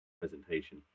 presentation